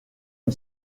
une